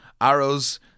arrows